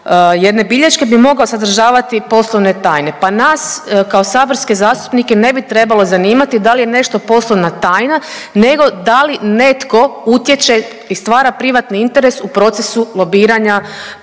jedne bilješke bi mogao sadržavati poslovne tajne. Pa nas kao saborske zastupnike ne bi trebalo zanimati da li je nešto poslovna tajna, nego da li netko utječe i stvara privatni interes u procesu lobiranja